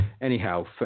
anyhow